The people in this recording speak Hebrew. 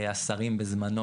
השרים בזמנו,